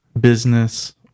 business